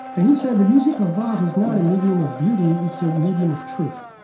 and he said the music of bach is not a medium of beauty, it's ah a medium of truth.